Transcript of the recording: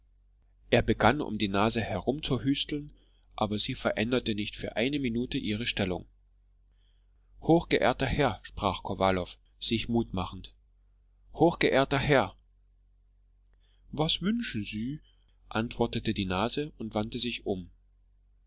er begann um die nase herumzuhüsteln aber sie veränderte nicht für eine minute ihre stellung hochgeehrter herr sprach kowalow sich mut machend hochgeehrter herr was wünschen sie antwortete die nase und wandte sich um